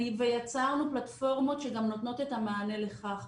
ויצרנו פלטפורמות שגם נותנות את המענה לכך.